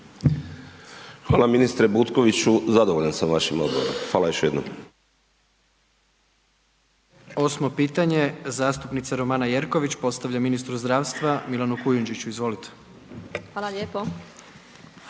Hvala ministre Butkoviću, zadovoljan sam vašim odgovorom, hvala još jednom. **Jandroković, Gordan (HDZ)** Osmo pitanje, zastupnica Romana Jerković, postavlja ministru zdravstva Milanu Kujundžić, izvolite. **Jerković,